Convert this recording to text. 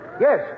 Yes